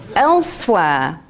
elsewhere,